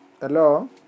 Hello